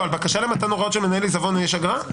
על בקשה למתן הוראות של מנהל עיזבון יש אגרה?